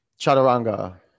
chaturanga